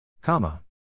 Comma